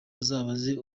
azabaze